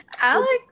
Alex